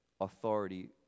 authority